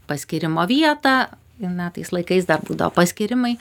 paskyrimo vietą na tais laikais dar būdavo paskyrimai